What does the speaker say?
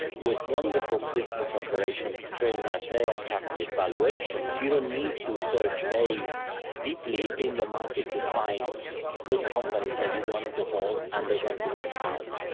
with wonderful business operations train that they attract the valuations, you don't need to search very deeply in the market to find good companies that you want to hold and they're going to compound.